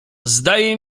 zdaje